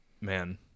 man